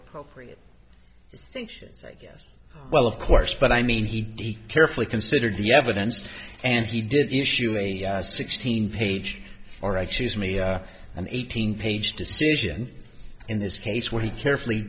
appropriate yes well of course but i mean he carefully considered the evidence and he did issue a sixteen page or i choose me an eighteen page decision in this case where he carefully